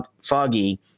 foggy